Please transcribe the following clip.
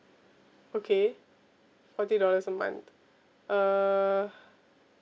okay forty dollars a month uh